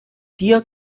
dir